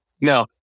now